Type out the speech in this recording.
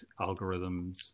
algorithms